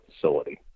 facility